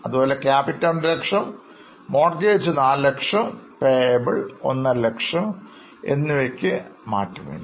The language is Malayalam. അതുപോലെ Capital 200000 Mortgage 400000 Payables 150000 എന്നിവയ്ക്ക് മാറ്റമില്ല